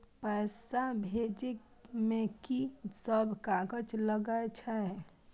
पैसा भेजे में की सब कागज लगे छै?